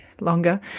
longer